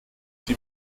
die